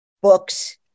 books